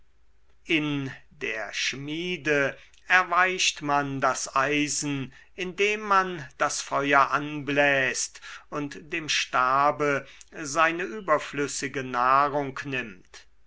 in der schmiede erweicht man das eisen indem man das feuer anbläst und dem stabe seine überflüssige nahrung nimmt